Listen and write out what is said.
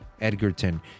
Edgerton